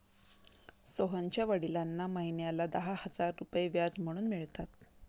सोहनच्या वडिलांना महिन्याला दहा हजार रुपये व्याज म्हणून मिळतात